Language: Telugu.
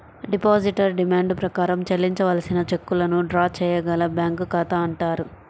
డిపాజిటర్ డిమాండ్ ప్రకారం చెల్లించవలసిన చెక్కులను డ్రా చేయగల బ్యాంకు ఖాతా అంటారు